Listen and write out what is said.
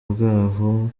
bw’aho